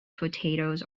potatoes